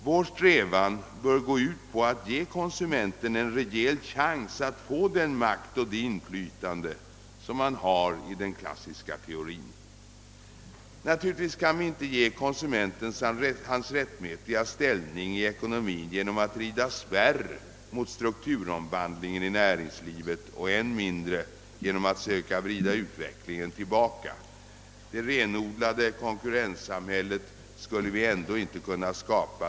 Vår strävan bör gå ut på att ge konsumenten en rejäl chans att få den makt och det inflytande som han har i den klassiska teorin. Naturligtvis kan vi inte ge konsumenten hans rättmätiga ställning i ekonomin genom att rida spärr mot strukturomvandlingen i näringslivet och än mindre genom att söka vrida utvecklingen tillbaka. Det renodlade konkurrenssamhället skulle vi ändå inte kunna skapa.